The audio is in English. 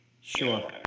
Sure